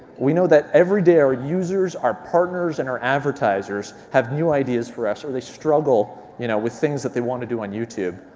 we know that every day our users, our partners, and our advertisers have new ideas for us or they struggle you know with things that they want to do on youtube.